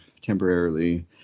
temporarily